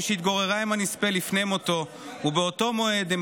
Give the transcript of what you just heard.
מי שהתגוררה עם הנספה לפני מותו ובאותו מועד הם